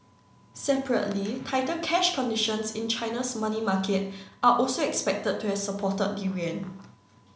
separately tighter cash conditions in China's money market are also expected to have supported the yuan